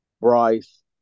Bryce